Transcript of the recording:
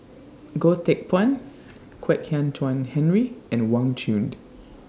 Goh Teck Phuan Kwek Hian Chuan Henry and Wang Chunde